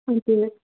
हजुर